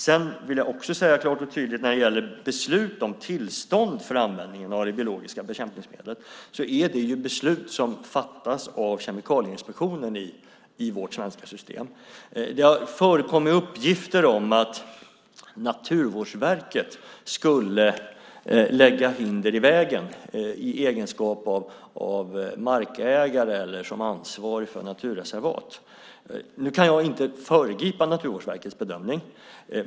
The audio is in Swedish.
Jag vill klart och tydligt säga att beslut om tillstånd för användningen av det biologiska bekämpningsmedlet fattas av Kemikalieinspektionen i vårt svenska system. Det har förekommit uppgifter om att Naturvårdsverket skulle lägga hinder i vägen i egenskap av markägare eller ansvarig för naturreservat. Jag kan inte föregripa Naturvårdsverkets bedömning.